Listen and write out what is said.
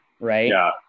Right